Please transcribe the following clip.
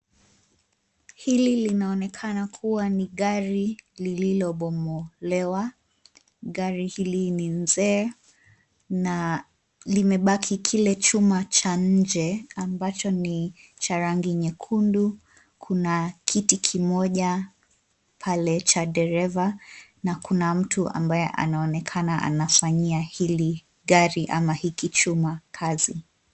Hili linaonekana kuwa ni gari lililobomolewa. Gari hili ni mzee na limebaki kile chuma cha nje ambacho ni cha rangi nyekundu. Kuna kiti kimoja pale cha dereva na kuna mtu ambaye anaonekana anafanyia hili gari ama hiki chuma kazi.